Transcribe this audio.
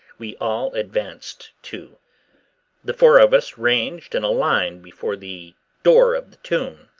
we all advanced too the four of us ranged in a line before the door of the tomb.